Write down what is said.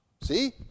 See